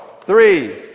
three